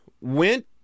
went